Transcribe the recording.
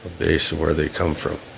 base of where they come from.